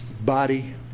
body